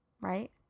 right